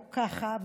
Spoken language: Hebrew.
או ככה,